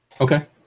Okay